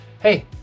Hey